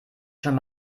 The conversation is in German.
schon